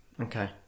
Okay